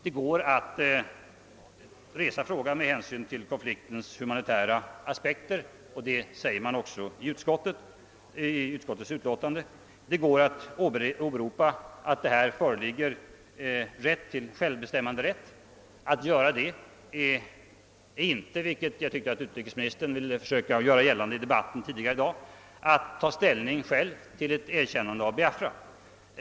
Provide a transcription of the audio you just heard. Det går att resa frågan med hänsyn till konfliktens hu manitära aspekter, och det framhålls också i utlåtandet. Det är möjligt att åberopa att det här gäller en fråga om självbestämmanderätt. Att göra det är inte — vilket jag tycker att utrikesministern försökte göra gällande i debatten tidigare i dag — detsamma som att vi tar ställning till ett erkännande av Biafra.